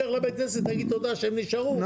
לך לבית הכנסת תגיד תודה שהם נשארו,